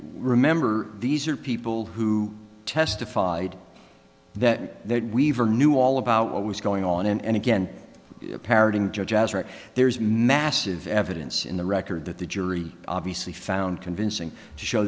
remember these are people who testified that they had weaver knew all about what was going on and again parroting judge as right there's massive evidence in the record that the jury obviously found convincing show